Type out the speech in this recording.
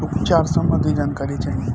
उपचार सबंधी जानकारी चाही?